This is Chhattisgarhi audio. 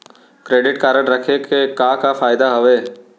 क्रेडिट कारड रखे के का का फायदा हवे?